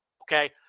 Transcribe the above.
okay